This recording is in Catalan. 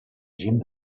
gent